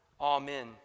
Amen